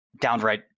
downright